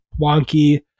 wonky